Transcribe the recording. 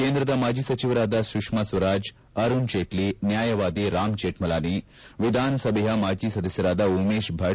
ಕೇಂದ್ರದ ಮಾಜಿ ಸಚಿವರಾದ ಸುಷ್ಕಾ ಸ್ವರಾಜ್ ಅರುಣ್ಜೇಟ್ಲ ನ್ಯಾಯವಾದಿ ರಾಮ್ಜೇಕ್ಕಲಾನಿ ವಿಧಾನಸಭೆಯ ಮಾಜಿ ಸದಸ್ಕರಾದ ಉಮೇಶ್ ಭಟ್